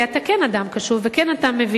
כי אתה כן אדם קשוב ואתה כן מבין,